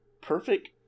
Perfect